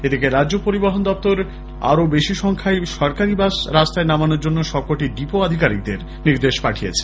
এদিকে রাজ্য পরিবহণ দফতর আরও বেশি সংখ্যায় সরকারী বাস রাস্তায় নামানোর জন্য সবকটি ডিপো আধিকারিকদের নির্দেশ দিয়েছে